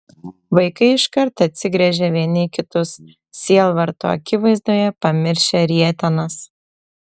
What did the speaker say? vaikai iškart atsigręžė vieni į kitus sielvarto akivaizdoje pamiršę rietenas